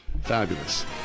Fabulous